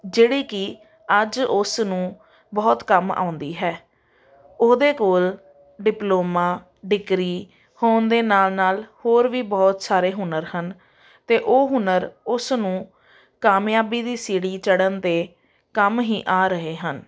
ਜਿਹੜੀ ਕਿ ਅੱਜ ਉਸ ਨੂੰ ਬਹੁਤ ਕੰਮ ਆਉਂਦੀ ਹੈ ਉਹਦੇ ਕੋਲ ਡਿਪਲੋਮਾ ਡਿਗਰੀ ਹੋਣ ਦੇ ਨਾਲ ਨਾਲ ਹੋਰ ਵੀ ਬਹੁਤ ਸਾਰੇ ਹੁਨਰ ਹਨ ਅਤੇ ਉਹ ਹੁਨਰ ਉਸ ਨੂੰ ਕਾਮਯਾਬੀ ਦੀ ਸੀੜੀ ਚੜਨ ਦੇ ਕੰਮ ਹੀ ਆ ਰਹੇ ਹਨ